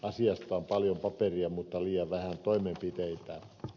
asiasta on paljon paperia mutta liian vähän toimenpiteitä